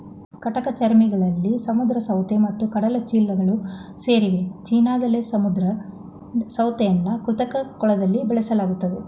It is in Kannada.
ಕಂಟಕಚರ್ಮಿಗಳಲ್ಲಿ ಸಮುದ್ರ ಸೌತೆ ಮತ್ತು ಕಡಲಚಿಳ್ಳೆಗಳು ಸೇರಿವೆ ಚೀನಾದಲ್ಲಿ ಸಮುದ್ರ ಸೌತೆನ ಕೃತಕ ಕೊಳದಲ್ಲಿ ಬೆಳೆಸಲಾಗ್ತದೆ